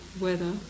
weather